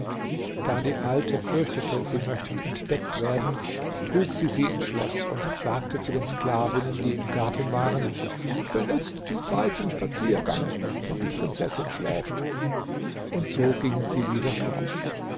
da die alte fürchtete sie möchten entdeckt werden trug sie sie ins schloß und sagte zu den sklavinnen die im garten waren benützt die zeit zum spaziergange denn die prinzessin schläft und so gingen sie wieder fort